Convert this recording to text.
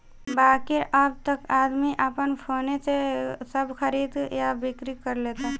बाकिर अब त आदमी आपन फोने से सब खरीद आ बिक्री कर लेता